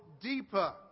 deeper